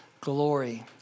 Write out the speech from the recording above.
glory